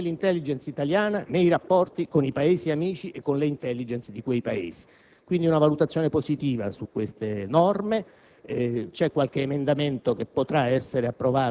più autorevolezza ad un'istituzione così importante come l'*intelligence* italiana nei rapporti con i Paesi amici e con le *intelligence* di quei Paesi. Dunque, la mia è una valutazione positiva su queste norme.